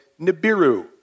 Nibiru